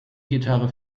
gitarre